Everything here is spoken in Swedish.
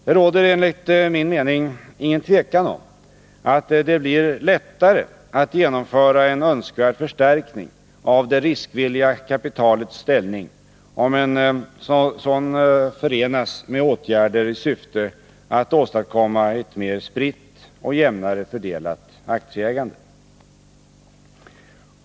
Det råder enligt min mening inget tvivel om att det blir lättare att genomföra en önskvärd förstärkning av det riskvilliga kapitalets ställning om en sådan förenas med åtgärder i syfte att åstadkomma ett mer spritt och jämnare fördelat aktieägande.